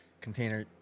container